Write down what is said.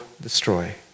destroy